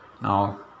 Now